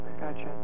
Gotcha